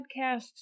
podcasts